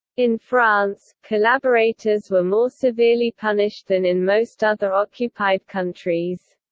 in france, collaborators were more severely punished than in most other occupied countries.